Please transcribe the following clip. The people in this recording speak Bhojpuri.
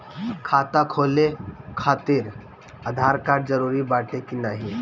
खाता खोले काहतिर आधार कार्ड जरूरी बाटे कि नाहीं?